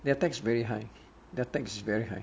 their tax very high their tax is very high